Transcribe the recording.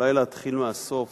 אולי להתחיל מהסוף,